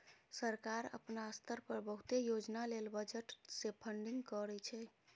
सरकार अपना स्तर पर बहुते योजना लेल बजट से फंडिंग करइ छइ